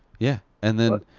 yeah, and then,